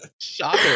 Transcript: Shocker